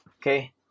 Okay